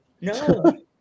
No